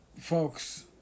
folks